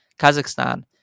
Kazakhstan